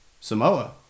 Samoa